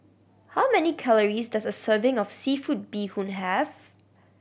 how many calories does a serving of seafood bee hoon have